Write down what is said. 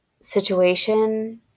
situation